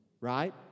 right